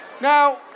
Now